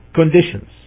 conditions